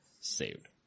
saved